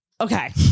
Okay